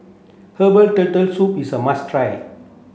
herbal turtle soup is a must try